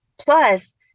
Plus